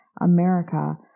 America